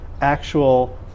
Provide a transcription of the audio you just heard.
actual